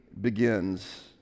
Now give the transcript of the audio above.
begins